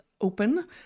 open